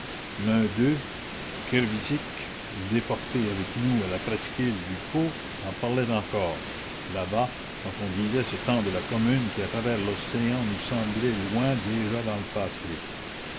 l'un d'eux kervisik déporté avec nous à la presqu'île ducos en parlait encore là-bas quand on disait ce temps de la commune qui à travers l'océan nous semblait loin déjà dans le passé